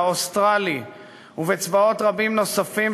האוסטרלי ובצבאות רבים נוספים,